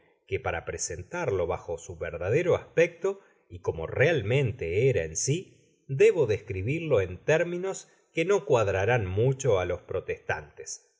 que para presentarlo bajo su verdadero aspecto y como realmente era en si debo describirlo en términos que no cuadrarán mucho álos protestantes